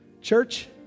Church